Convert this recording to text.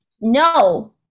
No